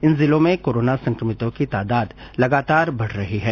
इन जिलो में कोरोना संक्रमितों की तादाद लगातार बढ रही है